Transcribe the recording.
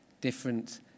different